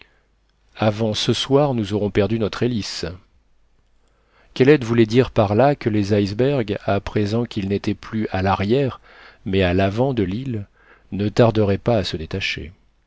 avant ce soir nous aurons perdu notre hélice kellet voulait dire par là que les icebergs à présent qu'ils n'étaient plus à l'arrière mais à l'avant de l'île ne tarderaient pas à se détacher